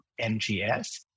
NGS